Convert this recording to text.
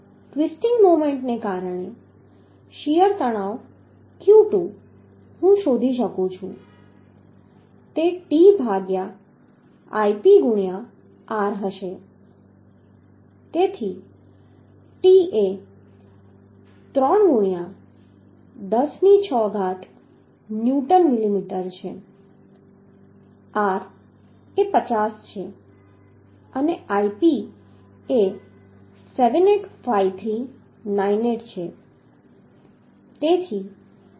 twisting મોમેન્ટને કારણે shear તણાવ q2 હું શોધી શકીશ T ભાગ્યા Ip ગુણ્યા r તેથી T એ 3 ગુણ્યા 10 ની 6 ઘાત ન્યૂટન મિલીમીટર છે r એ 50 છે અને Ip એ 785398 છે